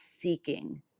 seeking